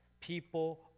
People